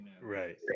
Right